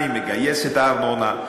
אני מגייס את הארנונה,